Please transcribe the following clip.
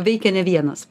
veikia ne vienas